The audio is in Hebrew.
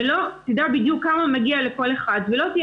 ולא תדע בדיוק כמה מגיע לכל אחד ולא תהיה